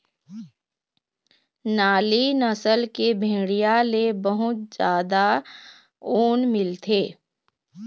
नाली नसल के भेड़िया ले बहुत जादा ऊन मिलथे